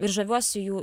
ir žaviuosi jų